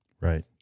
Right